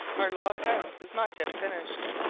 our log-house is not yet finished,